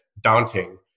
daunting